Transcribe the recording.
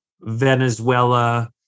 Venezuela